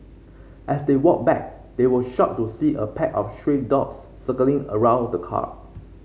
as they walked back they were shocked to see a pack of stray dogs circling around the car